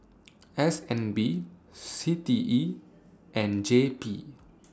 S N B C T E and J P